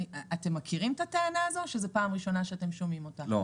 אתם מכירים את הטענה הזאת או שזאת פעם ראשונה שאתם שומעים אותה?